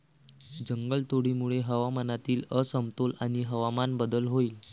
जंगलतोडीमुळे हवामानातील असमतोल आणि हवामान बदल होईल